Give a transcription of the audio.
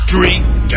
Drink